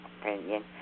opinion